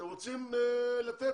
אתם רוצים לתת?